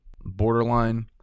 borderline